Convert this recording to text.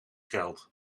geld